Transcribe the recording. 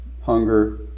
hunger